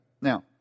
now